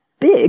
big